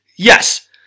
Yes